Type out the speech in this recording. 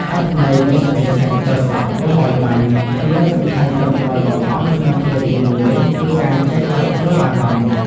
អត្ថន័យនៃសុភាសិត "បើស្អប់កុំឲ្យបាញ់" ចំណុចសំខាន់ចុងក្រោយបង្អស់ក្នុងឃ្លាទីមួយនេះ គឺការចេះគ្រប់គ្រងអារម្មណ៍។